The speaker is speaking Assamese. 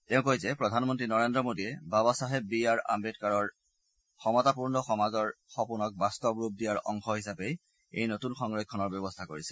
তেওঁ কয় যে প্ৰধানমন্ত্ৰী নৰেন্দ্ৰ মোডীয়ে বাবা চাহেব বি আৰ আম্বেদকাৰৰ সমতাপূৰ্ণ সমাজৰ সপোনক বাস্তৱ ৰূপ দিয়াৰ অংশ হিচাপেই এই নতুন সংৰক্ষণৰ ব্যৱস্থা কৰিছে